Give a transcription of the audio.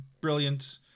brilliant